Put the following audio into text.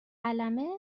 قلمه